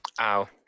Ow